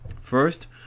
First